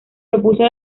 propuso